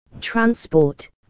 transport